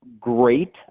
great